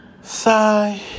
Sigh